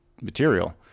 material